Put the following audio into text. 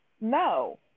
no